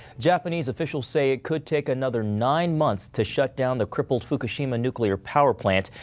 japanese officials say could take another nine months to shut down the crippled fukushima nuclear power plant.